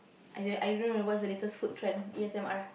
I don't I don't know what's the latest food trend A_S_M_R